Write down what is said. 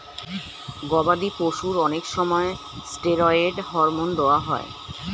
গবাদি পশুর অনেক সময় স্টেরয়েড হরমোন দেওয়া হয়